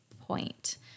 point